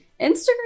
Instagram